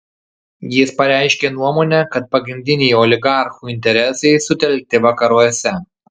jis pareiškė nuomonę kad pagrindiniai oligarchų interesai sutelkti vakaruose